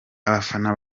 abafana